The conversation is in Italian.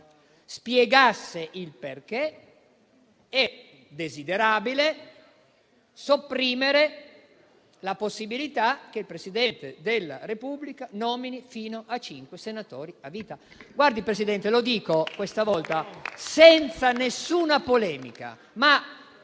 spiegasse il perché è desiderabile sopprimere la possibilità che il Presidente della Repubblica nomini fino a cinque senatori a vita.